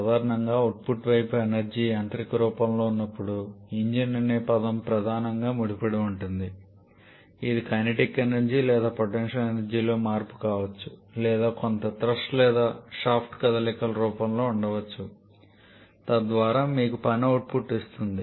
సాధారణంగా అవుట్పుట్ వైపు ఎనర్జీ యాంత్రిక రూపంలో ఉన్నప్పుడు ఇంజిన్ అనే పదం ప్రధానంగా ముడిపడి ఉంటుంది ఇది కైనెటిక్ ఎనర్జీ లేదా పొటెన్షియల్ ఎనర్జీలో మార్పు కావచ్చు లేదా కొంత థ్రస్ట్ లేదా షాఫ్ట్ కదలికల రూపంలో ఉండవచ్చు తద్వారా మీకు పని అవుట్పుట్ ఇస్తుంది